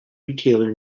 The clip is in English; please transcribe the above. retailer